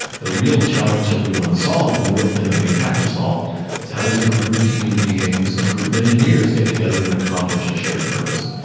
the real challenge that we want to solve and the real thing that we have to solve is how does a group of human beings, a group of engineers get together and accomplish a shared purpose?